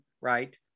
Right